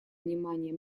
внимание